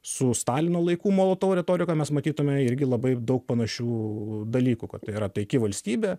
su stalino laikų molotovo retorika mes matytume irgi labai daug panašių dalykų kad tai yra taiki valstybė